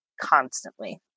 constantly